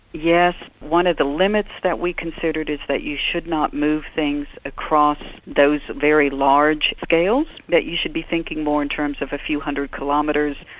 yes, one of the limits that we considered is that you should not move things across those very large scales, that you should be thinking more in terms of a few hundred kilometres,